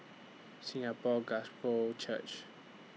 Singapore Gospel Church